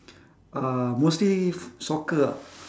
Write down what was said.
uh mostly soccer ah